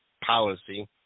policy